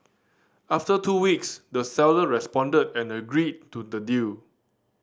after two weeks the seller responded and agreed to the deal